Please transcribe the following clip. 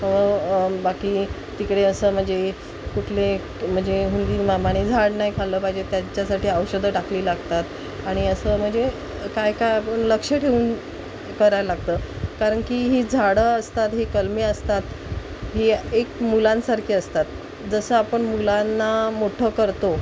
ब बाकी तिकडे असं म्हणजे कुठले म्हणजे हुंदिन माने झाड नाही खाल्लं पाहिजे त्यांच्यासाठी औषधं टाकली लागतात आणि असं म्हणजे काय काय आपण लक्ष ठेऊन कराय लागतं कारण की ही झाडं असतात ही कलमे असतात ही एक मुलांसारखे असतात जसं आपण मुलांना मोठं करतो